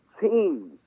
team